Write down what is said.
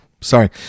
sorry